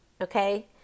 Okay